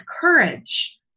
courage